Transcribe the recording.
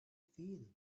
feel